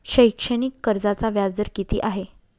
शैक्षणिक कर्जाचा व्याजदर किती आहे?